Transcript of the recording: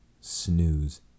snooze